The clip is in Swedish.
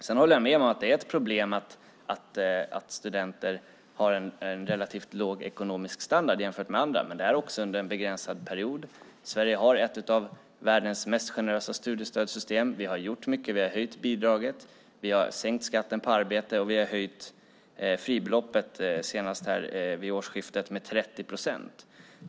Sedan håller jag med om att det är ett problem att studenter har en relativt låg ekonomisk standard jämfört med andra, men det är också under en begränsad period. Sverige har ett av världens mest generösa studiestödssystem. Vi har gjort mycket. Vi har höjt bidraget, sänkt skatten på arbete och höjt fribeloppet, senast vid årsskiftet, med 30 procent.